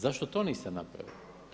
Zašto to niste napravili?